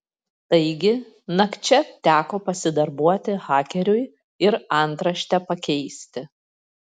taigi nakčia teko pasidarbuoti hakeriui ir antraštę pakeisti